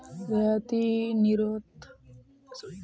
रियायती रिनोत आमतौर पर लंबा छुट अवधी होचे